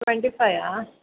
twenty five